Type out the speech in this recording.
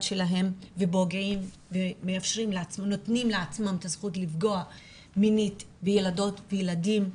שלהם ופוגעים ונותנים לעצמם את הזכות לפגוע מינית בילדות וילדים,